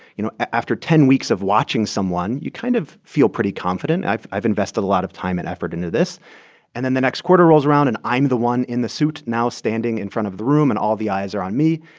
you know, after ten weeks of watching someone, you kind of feel pretty confident. i've i've invested a lot of time and effort into this and then the next quarter rolls around, and i'm the one in the suit now standing in front of the room, and all the eyes are on me.